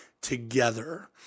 together